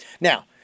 Now